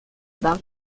bank